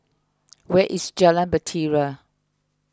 where is Jalan Bahtera